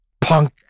Punk